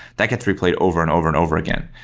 that gets replayed over and over and over again.